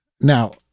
now